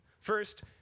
First